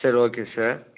சரி okay sir